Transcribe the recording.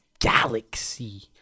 galaxy